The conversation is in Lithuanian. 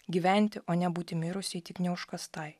gyventi o ne būti mirusiai tik neužkastai